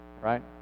Right